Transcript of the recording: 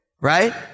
Right